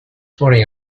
morning